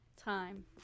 time